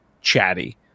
chatty